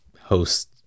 host